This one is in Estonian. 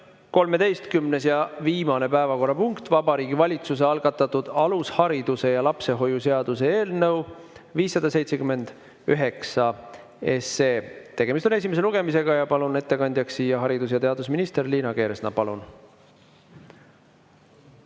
13. ja viimane päevakorrapunkt on Vabariigi Valitsuse algatatud alushariduse ja lapsehoiu seaduse eelnõu 579. Tegemist on esimese lugemisega ja palun ettekandjaks haridus‑ ja teadusminister Liina Kersna.